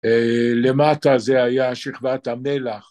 למטה זה היה שכבת המלח